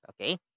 Okay